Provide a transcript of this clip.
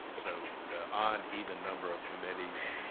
so the odd-even number of committees,